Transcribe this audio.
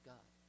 God